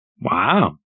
Wow